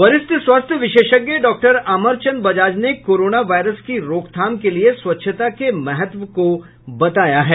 वरिष्ठ स्वास्थ्य विशेषज्ञ डॉक्टर अमरचंद बजाज ने कोरोना वायरस के रोकथाम के लिए स्वच्छता के महत्व को बताया है